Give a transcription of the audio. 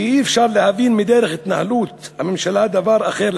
כי אי-אפשר להבין מדרך התנהלות הממשלה דבר אחר,